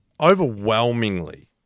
overwhelmingly